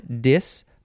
dis